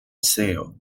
sale